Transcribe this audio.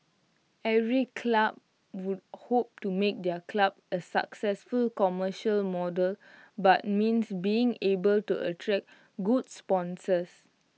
every club would hope to make their club A successful commercial model but means being able to attract good sponsors